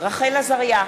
רחל עזריה,